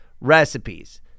recipes